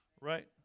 Right